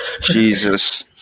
Jesus